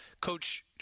Coach